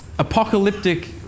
apocalyptic